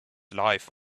life